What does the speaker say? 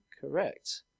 correct